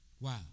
Wow